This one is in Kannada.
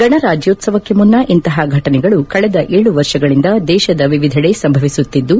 ಗಣರಾಜ್ಯೋತ್ಸವಕ್ಕೆ ಮುನ್ನ ಇಂತಹ ಫಟನೆಗಳು ಕಳೆದ ಏಳು ವರ್ಷಗಳಿಂದ ದೇಶದ ವಿವಿಧಿಡೆ ಸಂಭವಿಸುತ್ತಿದ್ದು